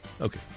Okay